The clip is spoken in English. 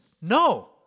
No